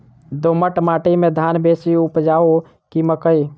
दोमट माटि मे धान बेसी उपजाउ की मकई?